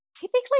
Typically